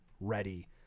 ready